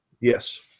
Yes